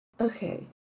Okay